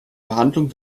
behandlung